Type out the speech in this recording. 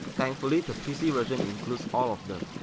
thankfully the pc version includes all of them.